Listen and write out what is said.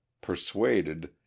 persuaded